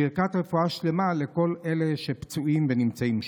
ברכת רפואה שלמה לכל אלה שפצועים ונמצאים שם.